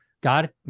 God